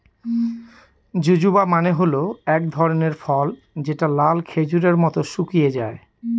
জুজুবা মানে হল এক ধরনের ফল যেটা লাল খেজুরের মত শুকিয়ে যায়